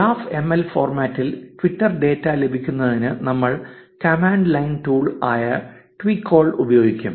graph M L ഫോർമാറ്റിൽ Twitter data ലഭിക്കുന്നതിന് നമ്മൾ കമാൻഡ് ലൈൻ ടൂളായ ട്വികോൾ ഉപയോഗിക്കും